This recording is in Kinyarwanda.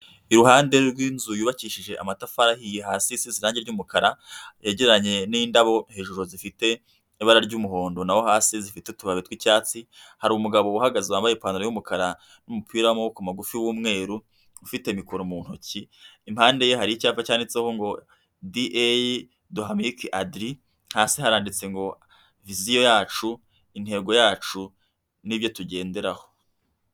Iruhande rw'inzu yubakishije amatafari ahiye hasi isi irangi ry'umukara, yegeranye n'indabo hejuru zifite ibara ry'umuhondo naho hasi zifite utubari tw'icyatsi, hari umugabo uhagaze wambaye ipantaro y'umukara n'umupira w'amaboko magufi w'umweru ufite mikoro mu ntoki, impande ye hari icyapa cyanditseho ngodi eyi dohamike adiri hasi haranditse ngo visiyo yacu, intego yacu n'ibyo tugenderaho.